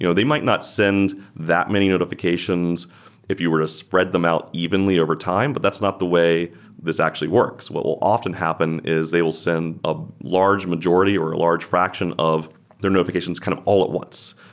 you know they might not send that many notifications if you were to spread them out evenly overtime, but that's not the way this actually works. what will often happen is they will send of large majority or a large fraction of their notifications kind of all at once.